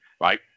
right